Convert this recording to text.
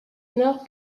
nord